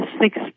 six